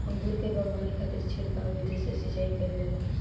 अंगूर के बगावानी खातिर छिड़काव विधि से सिंचाई कईल जाला